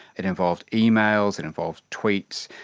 it involved emails, it involved tweets,